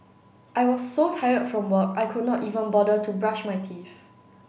I was so tired from work I could not even bother to brush my teeth